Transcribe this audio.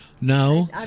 No